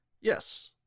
Yes